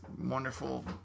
wonderful